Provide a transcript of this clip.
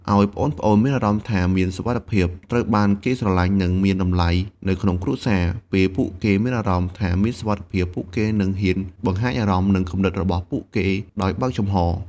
ឲ្យប្អូនៗមានអារម្មណ៍ថាមានសុវត្ថិភាព ត្រូវបានគេស្រលាញ់ និងមានតម្លៃនៅក្នុងគ្រួសារ ពេលពួកគេមានអារម្មណ៍ថាមានសុវត្ថិភាព ពួកគេនឹងហ៊ានបង្ហាញអារម្មណ៍ និងគំនិតរបស់ពួកគេដោយបើកចំហ។